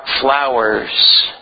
flowers